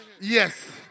Yes